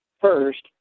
first